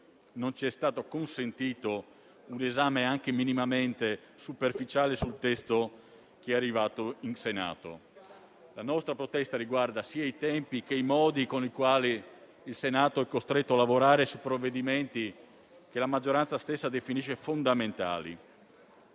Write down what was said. non ci è stato consentito un esame anche minimamente superficiale del testo arrivato in Senato. La nostra protesta riguarda sia i tempi che i modi con i quali il Senato è costretto a lavorare su provvedimenti che la maggioranza stessa definisce fondamentali.